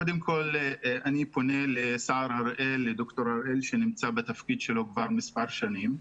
קודם כול אני פונה לד"ר סער הראל שנמצא בתפקיד שלו כבר מספר שנים.